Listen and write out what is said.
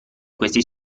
questi